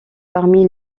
parmi